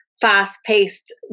fast-paced